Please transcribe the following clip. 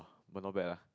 oh not bad ah